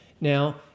now